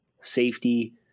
safety